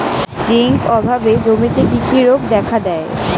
Zinc অভাবে জমিতে কি কি রোগ দেখাদেয়?